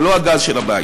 זה לא הגז של הבית.